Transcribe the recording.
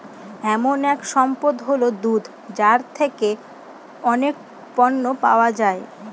এমন এক সম্পদ হল দুধ যার থেকে অনেক পণ্য পাওয়া যায়